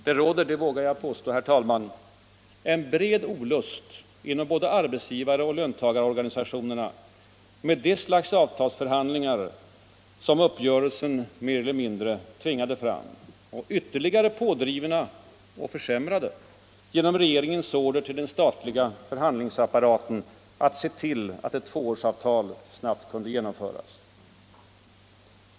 Det råder — det vågar jag påstå, herr talman — en bred olust inom både arbetsgivaroch löntagarorganisationerna mot det slags avtalsförhandlingar som uppgörelsen mer eller mindre tvingade fram, ytterligare pådrivna och försämrade genom regeringens order till den statliga förhandlingsapparaten att se till att ett tvåårsavtal snabbt kunde genomföras.